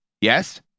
Yes